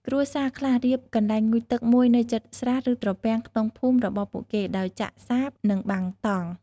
គ្រួសារខ្លះរៀបកន្លែងងូតទឹកមួយនៅជិតស្រះ ឬ ត្រពាំងក្នុងភូមិរបស់ពួកគេ ដោយចាក់សាប និងបាំងតង់។